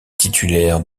titulaire